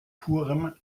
purem